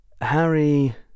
Harry